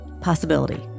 Possibility